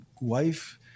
wife